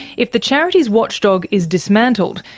if the charities watchdog is dismantled,